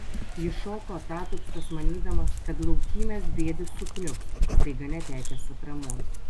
jis šoko atatupstas manydamas kad laukymės briedis sukniubs staiga netekęs atramos